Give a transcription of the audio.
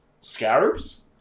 Scarabs